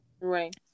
Right